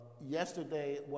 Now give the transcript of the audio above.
Yesterday